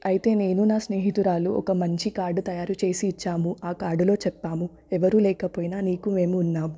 అయితే నేను నా స్నేహితురాలు ఒక మంచి కార్డు తయారు చేసి ఇచ్చాము కార్డులో చెప్పాము ఎవ్వరూ లేకపోయినా నీకు మేము ఉన్నాం